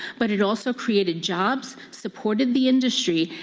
but it also created jobs, supported the industry,